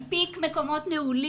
אין מספיק מקומות נעולים,